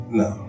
no